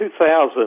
2000